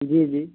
جی جی